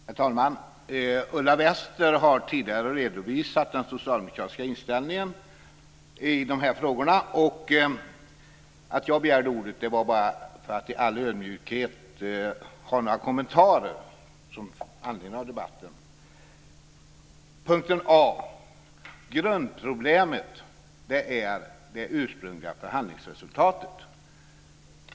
Herr talman! Ulla Wester har tidigare redovisat den socialdemokratiska inställningen i dessa frågor. Att jag begärde ordet berodde på att jag i all ödmjukhet ville ge några kommentarer med anledning av debatten. Punkt A: Grundproblemet är det ursprungliga förhandlingsresultatet.